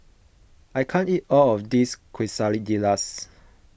I can't eat all of this Quesadillas